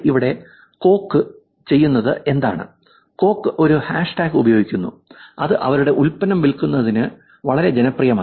ഇവിടെ കോക്ക് ചെയ്യുന്നത് എന്താണ് കോക്ക് ഒരു ഹാഷ്ടാഗ് ഉപയോഗിക്കുന്നു അത് അവരുടെ ഉൽപ്പന്നം വിൽക്കുന്നതിന് വളരെ ജനപ്രിയമാണ്